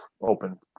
open